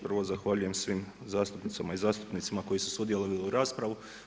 Prvo, zahvaljujem svim zastupnicama i zastupnicima koji su sudjelovali u raspravi.